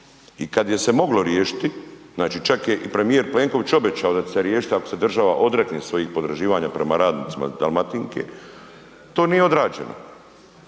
i kad je se moglo riješiti, znači čak je i premijer Plenković obećao da će se riješiti ako se država odrekne svojih potraživanja prema radnicima Dalmatinke, to nije odrađeno,